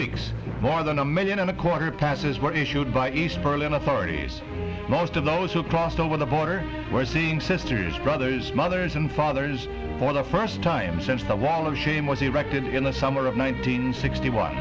weeks more than a million and a quarter passes were issued by east berlin authorities most of those who crossed over the border were seeing sisters brothers mothers and fathers for the first time since the wall of shame was erected in the summer of one nine hundred sixty one